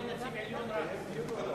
נציב עליון-על.